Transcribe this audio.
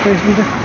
patients